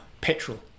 petrol